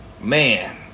man